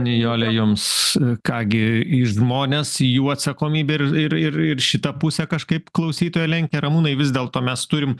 nijole jums ką gi į žmones į jų atsakomybę ir ir ir šitą pusę kažkaip klausytoja lenkia ramūnai vis dėlto mes turim